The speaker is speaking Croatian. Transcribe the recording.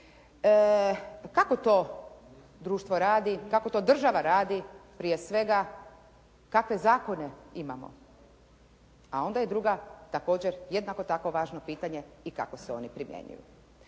Kako to društvo radi, kako to država radi, prije svega kakve zakone imamo? A onda je drugo, također jednako tako važno pitanje i kako se oni primjenjuju?